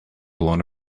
blown